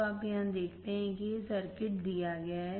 तो आप यहाँ देखते हैं कि यह सर्किट दिया गया है